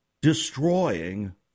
destroying